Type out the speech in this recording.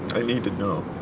i need to know.